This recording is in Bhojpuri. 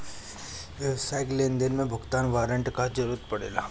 व्यावसायिक लेनदेन में भुगतान वारंट कअ जरुरत पड़ेला